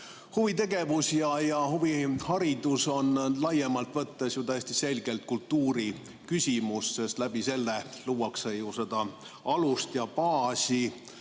Huvitegevus ja huviharidus on laiemalt võttes täiesti selgelt kultuuriküsimus, sest sellega luuakse ju alust ja baasi